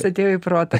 atėjo į protą